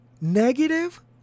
negative